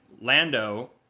Lando